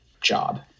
job